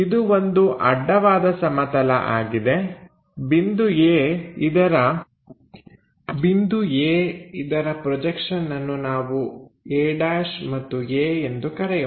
ಇದು ಒಂದು ಅಡ್ಡವಾದ ಸಮತಲ ಆಗಿದೆ ಬಿಂದು A ಇದರ ಪ್ರೊಜೆಕ್ಷನ್ಅನ್ನು ನಾವು a' ಮತ್ತು a ಎಂದು ಕರೆಯೋಣ